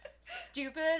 stupid